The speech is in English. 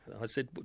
i said,